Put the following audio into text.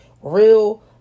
real